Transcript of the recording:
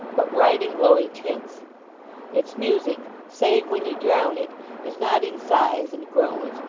but bright and glowing tints its music save when ye drown it is not in sighs and groans,